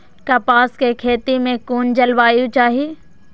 कपास के खेती में कुन जलवायु चाही?